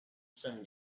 sun